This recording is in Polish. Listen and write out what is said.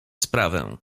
sprawę